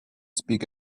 speak